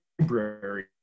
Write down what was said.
library